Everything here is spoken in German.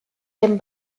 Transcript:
dem